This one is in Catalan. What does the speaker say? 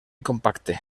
compacte